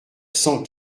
cent